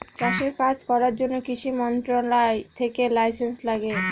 চাষের কাজ করার জন্য কৃষি মন্ত্রণালয় থেকে লাইসেন্স লাগে